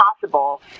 possible